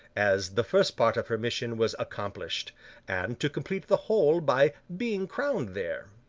as the first part of her mission was accomplished and to complete the whole by being crowned there.